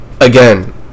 again